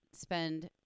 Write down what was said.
spend